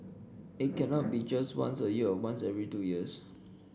it cannot be just once a year or once every two years